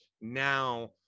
now